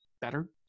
better